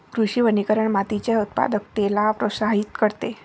कृषी वनीकरण मातीच्या उत्पादकतेला प्रोत्साहित करते